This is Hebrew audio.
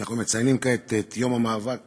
אנחנו מציינים כעת את יום המאבק